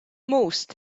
most